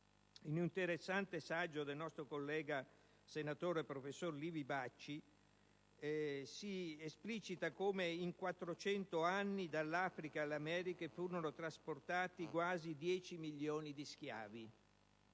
In un interessante saggio del nostro collega senatore professor Livi Bacci si esplicita come in 400 anni, dall'Africa all'America, furono trasportati quasi 10 milioni di schiavi.